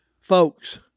folks